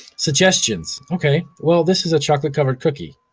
suggestions, okay, well this is a chocolate covered cookie,